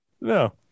no